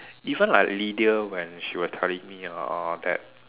even like Lydia when she was telling me ah uh that